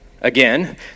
Again